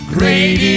Great